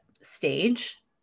stage